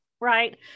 right